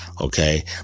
okay